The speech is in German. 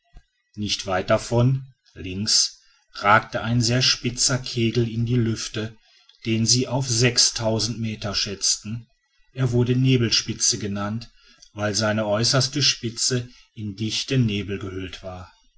nicht weit davon links ragte ein sehr spitziger kegel in die lüfte den sie auf meter schätzten er wurde nebelspitze genannt weil seine äußerste spitze in dichten nebel gehüllt war